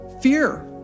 Fear